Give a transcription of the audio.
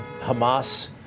Hamas